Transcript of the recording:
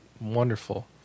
wonderful